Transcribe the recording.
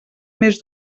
més